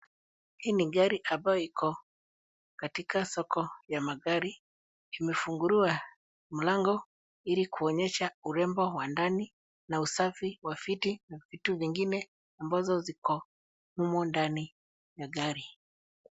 Hii ni gari ambayo iko katika soko ya magari. Imefunguliwa mlango ili kuonyesha urembo wa ndani na usafi wa viti na vitu vingine ambazo ziko humu ndani ya gari.